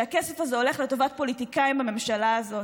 שהכסף הזה הולך לטובת פוליטיקאים בממשלה הזאת.